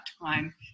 time